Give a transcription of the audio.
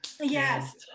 Yes